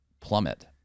plummet